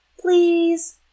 Please